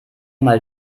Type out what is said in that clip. mal